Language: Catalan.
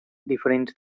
diferents